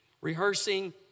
rehearsing